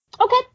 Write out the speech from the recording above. Okay